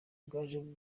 bwaje